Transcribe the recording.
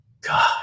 God